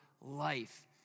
life